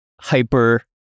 hyper